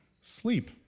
Sleep